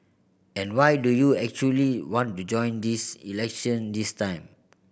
and why do you actually want to join this election this time